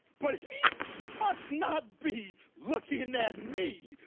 but he must not be looking at me,